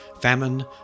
Famine